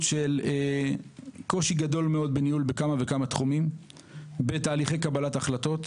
של קושי גדול מאוד בניהול בכמה וכמה תחומים בתהליכי קבלת החלטות.